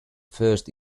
first